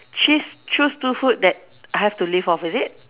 cheese choose to food that I have to live off is it